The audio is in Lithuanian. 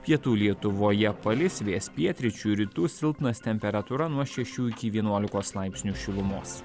pietų lietuvoje palis vėjas pietryčių rytų silpnas temperatūra nuo šešių iki vienuolikos laipsnių šilumos